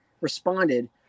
responded